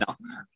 now